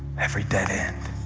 every dead end,